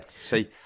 See